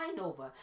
over